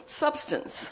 substance